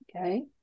Okay